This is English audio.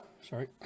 Sorry